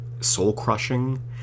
soul-crushing